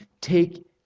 take